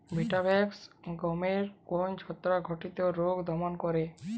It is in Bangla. ভিটাভেক্স গমের কোন ছত্রাক ঘটিত রোগ দমন করে?